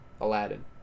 Aladdin